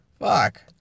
Fuck